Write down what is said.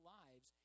lives